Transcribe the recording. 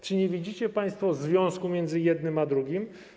Czy nie widzicie państwo związku między jednym a drugim?